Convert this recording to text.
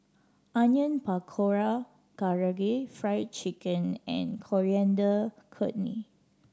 Onion Pakora Karaage Fried Chicken and Coriander Chutney